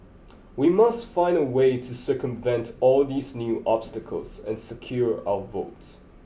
we must find a way to circumvent all these new obstacles and secure our votes